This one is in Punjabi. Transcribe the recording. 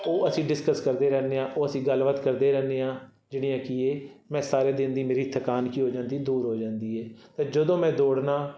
ਉਹ ਅਸੀਂ ਡਿਸਕਸ ਕਰਦੇ ਰਹਿੰਦੇ ਹਾਂ ਉਹ ਅਸੀਂ ਗੱਲਬਾਤ ਕਰਦੇ ਰਹਿੰਦੇ ਹਾਂ ਜਿਹੜੀਆਂ ਕੀ ਹੈ ਮੈਂ ਸਾਰੇ ਦਿਨ ਦੀ ਮੇਰੀ ਥਕਾਨ ਕੀ ਹੋ ਜਾਂਦੀ ਦੂਰ ਹੋ ਜਾਂਦੀ ਹੈ ਅਤੇ ਜਦੋਂ ਮੈਂ ਦੌੜਦਾ